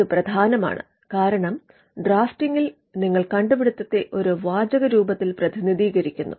ഇത് പ്രധാനമാണ് കാരണം ഡ്രാഫ്റ്റിംഗിൽ നിങ്ങൾ കണ്ടുപിടുത്തത്തെ ഒരു വാചക രൂപത്തിൽ പ്രതിനിധീകരിക്കുന്നു